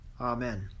Amen